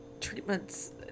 treatments